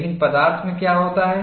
लेकिन पदार्थ में क्या होता है